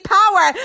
power